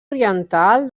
oriental